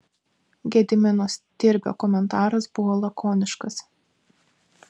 gedimino stirbio komentaras buvo lakoniškas